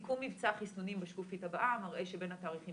סיכום מבצע חיסונים בשקופית הבאה מראה שבין התאריכים